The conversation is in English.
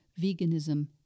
veganism